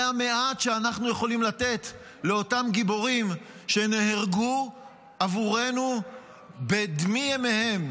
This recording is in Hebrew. זה המעט שאנחנו יכולים לתת לאותם גיבורים שנהרגו עבורנו בדמי ימיהם